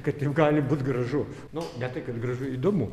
kad gali būt gražu nu bet tai kad gražu įdomu